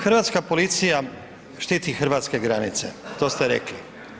Hrvatska policija štiti hrvatske granice, to ste rekli.